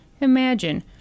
Imagine